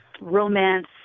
romance